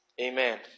Amen